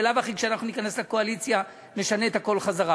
בלאו הכי כשאנחנו ניכנס לקואליציה נשנה את הכול חזרה,